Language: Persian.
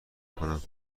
کنم